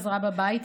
עזרה בבית,